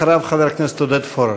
אחריו, חבר הכנסת עודד פורר.